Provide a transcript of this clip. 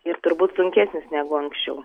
ir turbūt sunkesnis negu anksčiau